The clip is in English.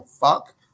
fuck